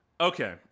Okay